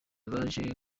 baje